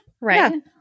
Right